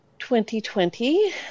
2020